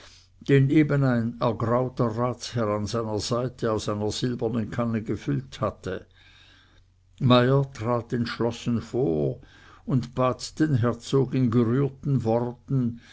ein ergrauter ratsherr an seiner seite aus einer silbernen kanne gefüllt hatte meyer trat entschlossen vor und bat den herzog in gerührten worten